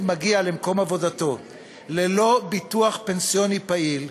מגיע למקום עבודתו ללא ביטוח פנסיוני פעיל,